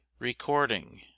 Recording